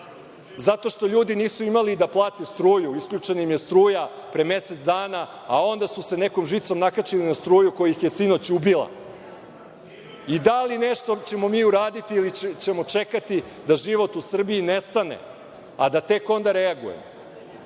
zato što ljudi nisu imali da plate struju, isključena im je struja pre mesec dana, a onda su se nekom žicom nakačili na struju koja ih je sinoć ubila. I da li ćemo nešto mi uradili ili ćemo čekati da život u Srbiji nestane, a da tek onda reagujemo. Ovde